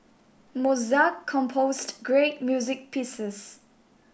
Mozart composed great music pieces